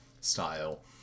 style